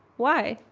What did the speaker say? why?